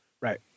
right